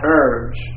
urge